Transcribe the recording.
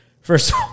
first